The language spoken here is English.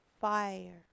fire